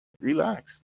Relax